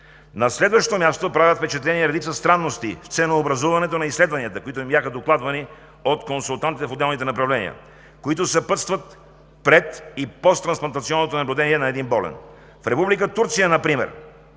На следващо място, правят впечатление редица странности в ценнообразуването на изследванията, които ми бяха докладвани от консултантите в отделните направления, които съпътстват пред и посттрансплантационното наблюдение на един болен. В Република Турция например